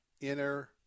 inner